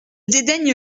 dédaigne